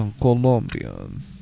Colombian